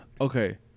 okay